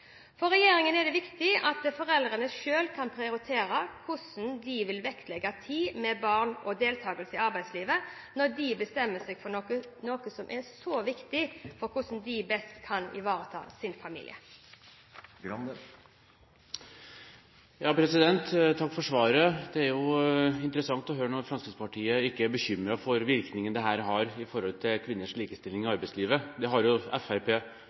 For regjeringen er det viktig at foreldrene selv kan prioritere hvordan de vil vektlegge tid med barn og deltakelse i arbeidslivet, når de bestemmer seg for noe så viktig som hvordan de best skal ivareta sin familie. Takk for svaret. Det er interessant å høre at Fremskrittspartiet ikke er bekymret for virkningen dette har på kvinners likestilling i arbeidslivet. Det har